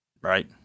Right